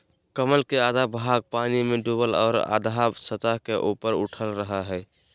कमल के आधा भाग पानी में डूबल और आधा सतह से ऊपर उठल रहइ हइ